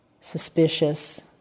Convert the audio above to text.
suspicious